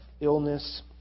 illness